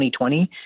2020